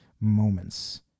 moments